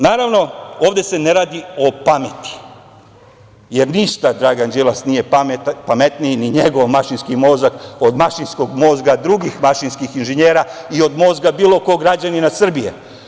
Naravno, ovde se ne radi o pameti, jer ništa Dragan Đilas nije pametniji, ni njegov mašinski mozak od mašinskog mozga drugih mašinskih inženjera i od mozga bilo kog građanina Srbije.